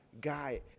guy